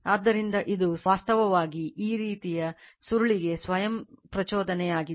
ಆದ್ದರಿಂದ ಇದು ವಾಸ್ತವವಾಗಿ ಈ ರೀತಿಯ ಸುರುಳಿಗೆ ಸ್ವಯಂ ಪ್ರಚೋದನೆಯಾಗಿದೆ